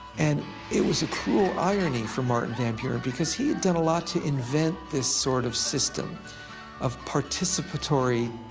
and it was a cruel irony for martin van buren, because he had done a lot to invent this sort of system of participatory,